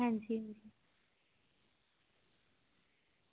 हां जी